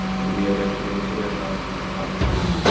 and we have entered into their houses and taught them,